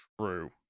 True